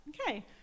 Okay